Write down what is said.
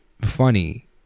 funny